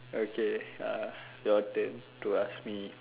okay uh your turn to ask me